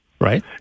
Right